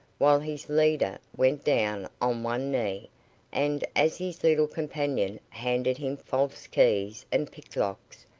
while his leader went down on one knee and as his little companion handed him false keys and picklocks,